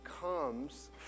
comes